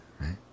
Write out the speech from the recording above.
right